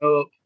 up